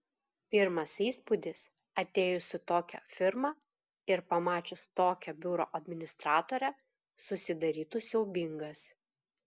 pirmas įspūdis atėjus į tokią firmą ir pamačius tokią biuro administratorę susidarytų siaubingas